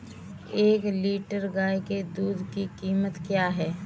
एक लीटर गाय के दूध की कीमत क्या है?